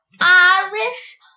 irish